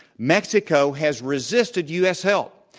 mexico has resisted us help.